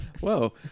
Whoa